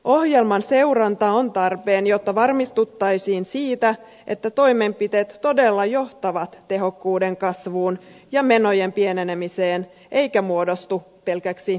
ohjelman seuranta on tarpeen jotta varmistuttaisiin siitä että toimenpiteet todella johtavat tehokkuuden kasvuun ja menojen pienenemiseen eivätkä muodostu pelkäksi irtisanomisohjelmaksi